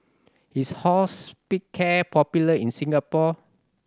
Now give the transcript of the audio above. is Hospicare popular in Singapore